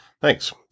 thanks